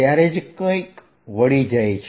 ત્યારે જ કંઈક વળી જાય છે